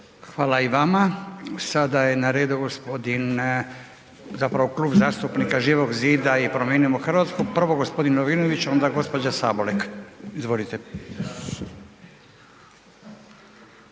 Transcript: Hvala i vama. Sada je na redu gospodin, zapravo Klub zastupnika Živog zida i Promijenimo Hrvatsku. Prvo g. Lovrinović, onda gđa. Sabolek, izvolite.